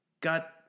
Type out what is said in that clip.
got